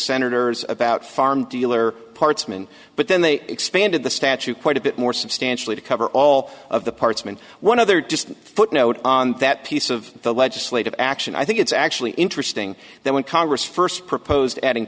senators about farm dealer parts mn but then they expanded the statute quite a bit more substantially to cover all of the parts meant one other just footnote on that piece of the legislative action i think it's actually interesting that when congress first proposed adding